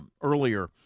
earlier